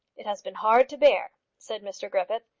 it has been hard to bear, said mr griffith.